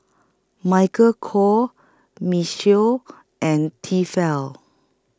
Michael Kors Michelle and Tefal